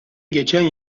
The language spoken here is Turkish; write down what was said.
geçen